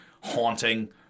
haunting